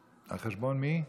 על חשבון מי?